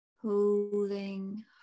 holding